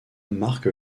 marque